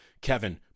kevin